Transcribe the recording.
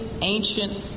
ancient